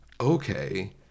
okay